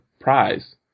prize